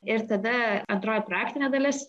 ir tada antroji praktinė dalis